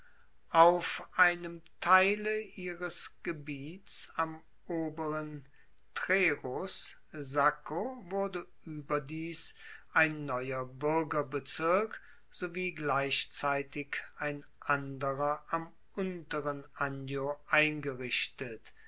auf einem teile ihres gebiets am oberen trerus sacco wurde ueberdies ein neuer buergerbezirk sowie gleichzeitig ein anderer am unteren anio eingerichtet